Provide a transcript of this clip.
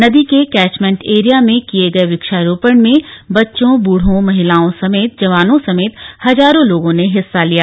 नदी के catchment area में आज किए गए वृक्षारोपण में बच्चों बूढ़ों महिलाओं जवानों सहित हजारों लोगों ने हिस्सा लिया